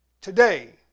today